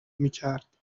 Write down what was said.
میکرد